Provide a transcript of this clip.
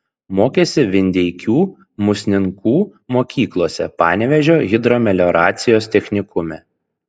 mokėsi vindeikių musninkų mokyklose panevėžio hidromelioracijos technikume